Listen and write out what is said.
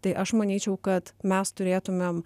tai aš manyčiau kad mes turėtumėm